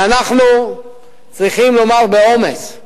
ואנחנו צריכים לומר באומץ: